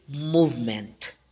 movement